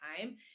time